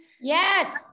Yes